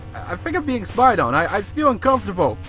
i think i'm being spied on i feel uncomfortable.